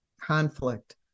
conflict